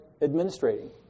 administrating